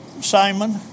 Simon